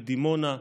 בדימונה.